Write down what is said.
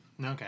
Okay